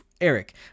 Eric